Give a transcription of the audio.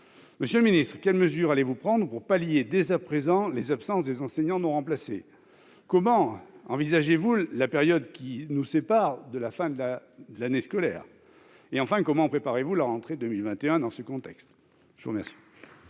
Monsieur le ministre, quelles mesures allez-vous prendre pour pallier dès à présent les absences des enseignants non remplacés ? Comment envisagez-vous la période qui nous sépare de la fin de l'année scolaire ? Enfin, comment préparez-vous la rentrée 2021 dans ce contexte ? La parole